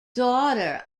daughter